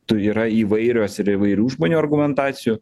tų yra įvairios ir įvairių žmonių argumentacijų